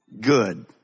good